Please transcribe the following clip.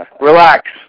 Relax